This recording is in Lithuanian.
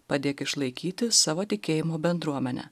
padėk išlaikyti savo tikėjimo bendruomenę